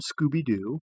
Scooby-Doo